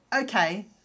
okay